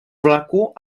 vlaku